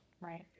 right